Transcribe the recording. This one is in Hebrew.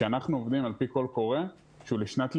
כשאנחנו עובדים על פי קול קורא שהוא לשנת לימודים.